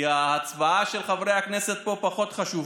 כי ההצבעה פה של חבר הכנסת פחות חשובה.